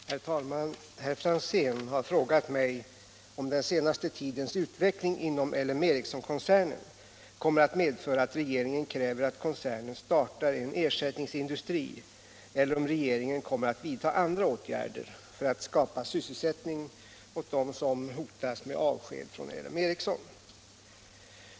zéns den 4 februari anmälda fråga, 1976/77:242, och anförde: Herr talman! Herr Franzén har frågat mig om den senaste tidens ut veckling inom L M Ericsson-koncernen kommer att medföra att régeringen kräver att koncernen startar en ersättningsindustri eller om regeringen kommer att vidta andra åtgärder för att skapa sysselsättning åt dem som hotas med avsked från L M Ericsson.